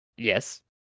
Yes